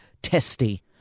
Testy